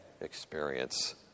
experience